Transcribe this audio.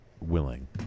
willing